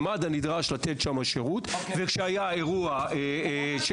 שמד"א נדרשה לתת שם שירות וכשהיה אירוע של